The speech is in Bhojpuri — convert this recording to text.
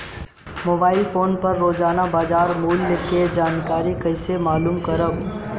मोबाइल फोन पर रोजाना बाजार मूल्य के जानकारी कइसे मालूम करब?